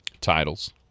titles